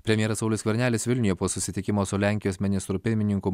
premjeras saulius skvernelis vilniuje po susitikimo su lenkijos ministru pirmininku